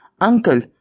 Uncle